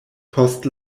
post